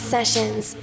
Sessions